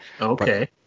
okay